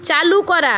চালু করা